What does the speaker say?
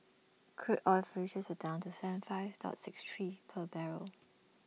crude oil futures down to Seven five dollar six three per barrel